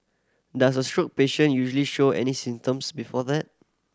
does a stroke patient usually show any symptoms before that